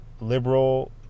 liberal